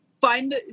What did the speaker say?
find